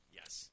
yes